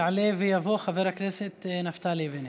יעלה ויבוא חבר הכנסת נפתלי בנט.